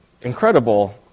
incredible